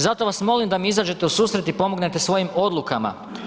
Zato vas molim da mi izađete u susret i pomognete svojim odlukama.